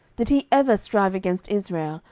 did he ever strive against israel,